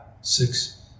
six